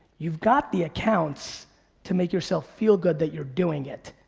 you've got the accounts to make yourself feel good that you're doing it.